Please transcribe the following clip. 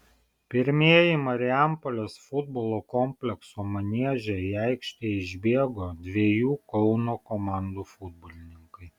pirmieji marijampolės futbolo komplekso manieže į aikštę išbėgo dviejų kauno komandų futbolininkai